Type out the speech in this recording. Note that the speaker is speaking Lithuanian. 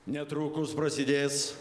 netrukus prasidės